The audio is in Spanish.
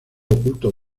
oculto